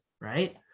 right